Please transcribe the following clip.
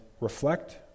reflect